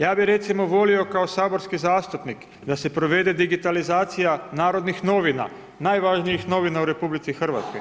Ja bih recimo volio kao saborski zastupnik da se provede digitalizacija Narodnih novina, najvažnijih novina u RH.